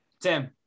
Tim